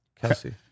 Kelsey